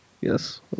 Yes